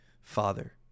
father